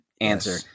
answer